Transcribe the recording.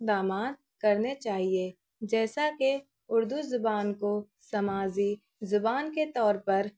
اقدامات کرنے چاہیے جیسا کہ اردو زبان کو سماجی زبان کے طور پر